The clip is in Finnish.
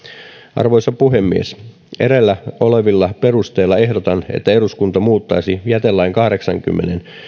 arvoisa puhemies edellä olevilla perusteilla ehdotan että eduskunta muuttaisi jätelain kahdeksannenkymmenennen